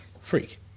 Freak